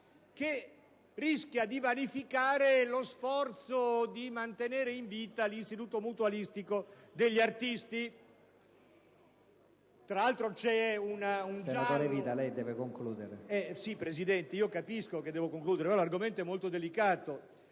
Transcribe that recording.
che rischia di vanificare lo sforzo di mantenere in vita l'istituto mutualistico degli artisti.